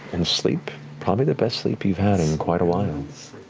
and sleep probably the best sleep you've had in quite a while.